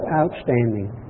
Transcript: outstanding